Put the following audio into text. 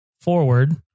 forward